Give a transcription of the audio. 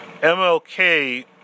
MLK